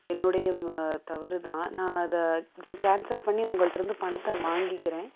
என்னுடைய தவறு தான் நான் அதை இப்போ கேன்சல் பண்ணி உங்கள்கிட்ருந்து பணத்தை வாங்கிக்கிறேன்